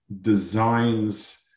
designs